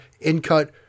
in-cut